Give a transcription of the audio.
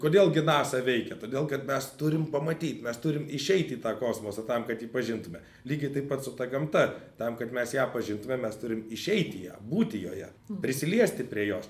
kodėl gi nasa veikia todėl kad mes turim pamatyt mes turim išeiti į tą kosmosą tam kad jį pažintume lygiai taip pat su ta gamta tam kad mes ją pažintume mes turim išeiti į ją būti joje prisiliesti prie jos